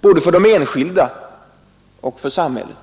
både för de enskilda och för samhället.